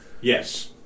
Yes